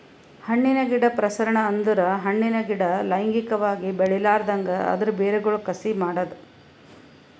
ಹಣ್ಣಿನ ಗಿಡ ಪ್ರಸರಣ ಅಂದುರ್ ಹಣ್ಣಿನ ಗಿಡ ಲೈಂಗಿಕವಾಗಿ ಬೆಳಿಲಾರ್ದಂಗ್ ಅದರ್ ಬೇರಗೊಳ್ ಕಸಿ ಮಾಡದ್